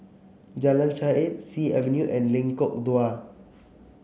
Jalan Shaer Sea Avenue and Lengkok Dua